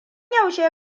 yaushe